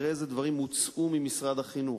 תראה אילו דברים הוצאו ממשרד החינוך.